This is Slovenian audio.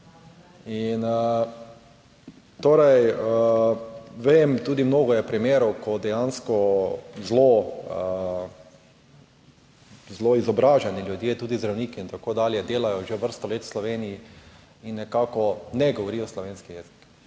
torej vem, tudi, mnogo je primerov, ko dejansko zelo, zelo izobraženi ljudje, tudi zdravniki in tako dalje delajo že vrsto let v Sloveniji in nekako ne govorijo slovenski jezik.